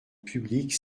publics